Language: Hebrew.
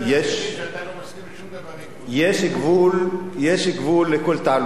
יש גבול לכל תעלול.